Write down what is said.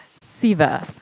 Siva